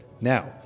Now